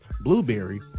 Blueberry